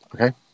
Okay